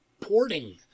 porting